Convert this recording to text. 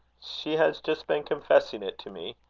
she has just been confessing it to me.